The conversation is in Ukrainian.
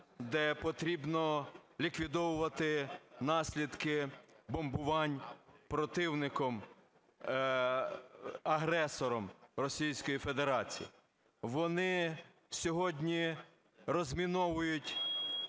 де потрібно ліквідовувати наслідки бомбувань противником-агресором – Російською Федерацією. Вони сьогодні розміновують